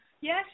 Yes